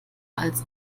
als